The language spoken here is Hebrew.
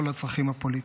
ולא לצרכים הפוליטיים.